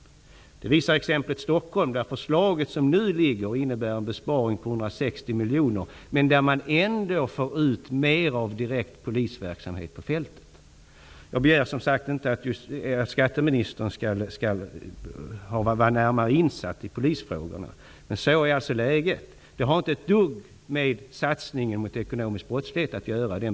Det visar exemplet Stockholm, där besparingen uppgår till 160 miljoner enligt det förslag som nu ligger. Ändå får man ut mer av direkt polisverksamhet på fältet. Jag begär inte, som sagt, att skatteministern skall vara närmare insatt i polisfrågor, men så här är alltså läget.